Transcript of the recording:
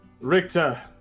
Richter